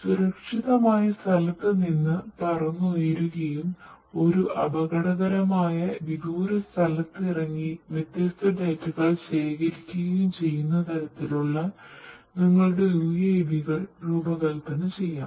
സുരക്ഷിതമായ സ്ഥലത്ത് നിന്ന് പറന്നുയരുകയും ഒരു അപകടകരമായ വിദൂര സ്ഥലത്ത് ഇറങ്ങി വ്യത്യസ്ത ഡാറ്റ ശേഖരിക്കുകയും ചെയ്യുന്ന തരത്തിൽ നിങ്ങളുടെ യുഎവികൾ രൂപകൽപ്പന ചെയ്യാം